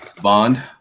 Bond